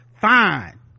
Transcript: Fine